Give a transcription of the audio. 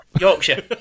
Yorkshire